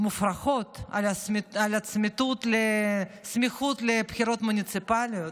מופרכות על הסמיכות לבחירות מוניציפליות,